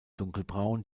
dunkelbraun